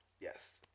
Yes